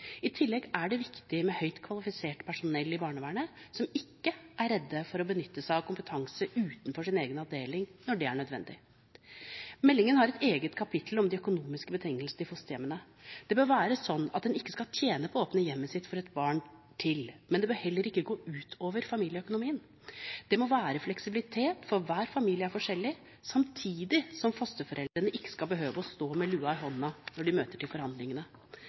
I tillegg er det viktig med høyt kvalifisert personell i barnevernet, som ikke er redde for å benytte seg av kompetanse utenfor sin egen avdeling når det er nødvendig. Meldingen har et eget kapittel om de økonomiske betingelsene til fosterhjemmene. Det bør være slik at en ikke skal tjene på å åpne hjemmet sitt for et barn til, men det bør heller ikke gå ut over familieøkonomien. Det må være fleksibilitet, for hver familie er forskjellig, samtidig som fosterforeldrene ikke skal behøve å stå med lua i hånda når de møter til forhandlingene.